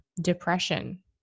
depression